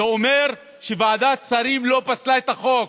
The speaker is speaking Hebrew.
זה אומר שוועדת שרים לא פסלה את החוק.